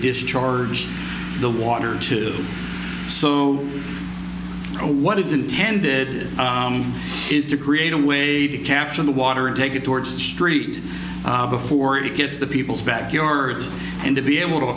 discharge the water so what is intended is to create a way to capture the water and take it towards the street before it gets the people's back yards and to be able to